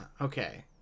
okay